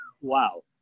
Wow